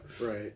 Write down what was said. Right